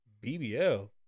bbl